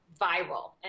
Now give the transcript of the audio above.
viral